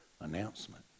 announcement